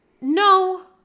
No